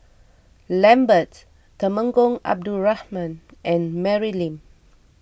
Lambert Temenggong Abdul Rahman and Mary Lim